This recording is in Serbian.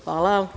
Hvala.